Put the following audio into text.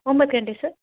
ಒಂಬತ್ತು ಗಂಟೆ ಸರ್